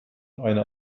eine